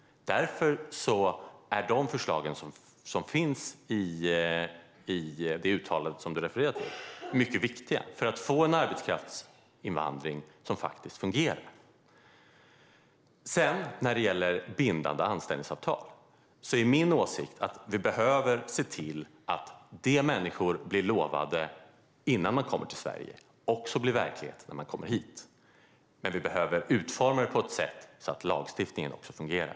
Därför är de förslag som finns i det uttalande som Christina Höj Larsen refererade till mycket viktiga för att få en arbetskraftsinvandring som fungerar. När det gäller bindande anställningsavtal är min åsikt att vi behöver se till att det som människor blir lovade innan de kommer till Sverige också blir verklighet när de kommer hit. Men vi behöver utforma det på ett sätt som gör att lagstiftningen fungerar.